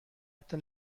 حتی